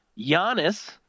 Giannis